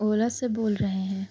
اولا سے بول رہے ہیں